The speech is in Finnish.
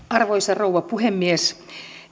arvoisa rouva puhemies